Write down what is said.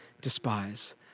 despise